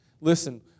Listen